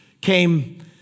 came